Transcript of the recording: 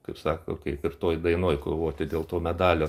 kaip sako kaip ir toj dainoj kovoti dėl to medalio